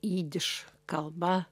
jidiš kalba